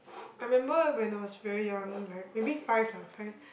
I remember when I was very young like maybe five lah five